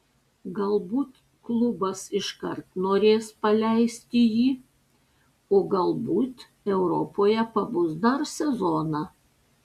galbūt klubas iškart norės paleisti jį o galbūt europoje pabus dar sezoną